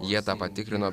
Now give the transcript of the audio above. jie tą patikrino